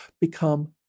become